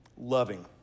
loving